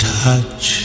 touch